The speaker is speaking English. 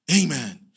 Amen